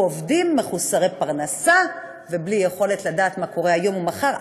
נשארו עובדים מחוסרי פרנסה ובלי יכולת לדעת מה קורה היום ומחר.